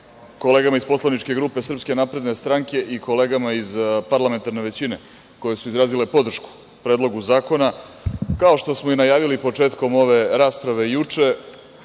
kolegama iz poslaničke grupe SNS i kolegama iz parlamentarne većine koji su izrazili podršku Predlogu zakona. Kao što smo i najavili početkom ove rasprave juče,